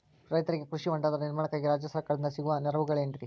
ರೈತರಿಗೆ ಕೃಷಿ ಹೊಂಡದ ನಿರ್ಮಾಣಕ್ಕಾಗಿ ರಾಜ್ಯ ಸರ್ಕಾರದಿಂದ ಸಿಗುವ ನೆರವುಗಳೇನ್ರಿ?